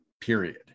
period